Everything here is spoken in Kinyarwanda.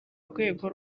rwego